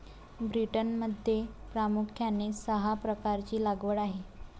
ब्रिटनमध्ये प्रामुख्याने सहा प्रकारची लागवड आहे